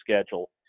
schedule